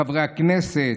לחברי הכנסת,